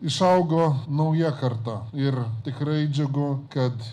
išaugo nauja karta ir tikrai džiugu kad